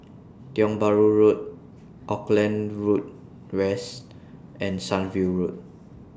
Tiong Bahru Road Auckland Road West and Sunview Road